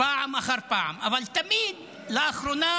פעם אחר פעם, אבל תמיד לאחרונה